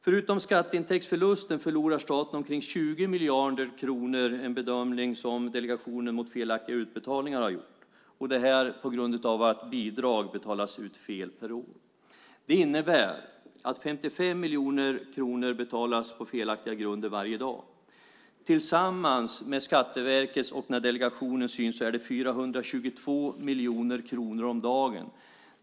Förutom skatteintäktsförlusten förlorar staten omkring 20 miljarder kronor per år på grund av att bidrag betalas ut fel. Det är en bedömning som Delegationen mot felaktiga utbetalningar har gjort. Det innebär att 55 miljoner kronor varje dag betalas ut på felaktiga grunder. Tillsammans med Skatteverkets och delegationens syn är det 422 miljoner kronor om dagen.